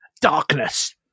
darkness